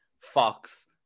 Fox